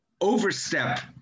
overstep